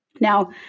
Now